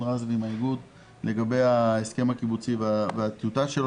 רז והאיגוד לגבי ההסכם הקיבוצי והטיוטה שלו,